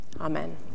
Amen